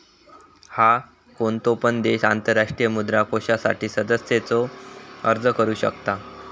हा, कोणतो पण देश आंतरराष्ट्रीय मुद्रा कोषासाठी सदस्यतेचो अर्ज करू शकता